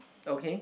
okay